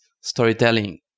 storytelling